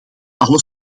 alle